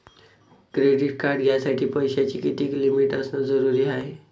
Credit card घ्यासाठी पैशाची कितीक लिमिट असनं जरुरीच हाय?